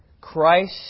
Christ